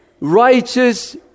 righteous